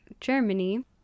Germany